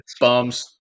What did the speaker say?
Bums